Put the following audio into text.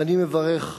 ואני מברך,